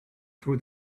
threw